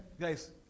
guys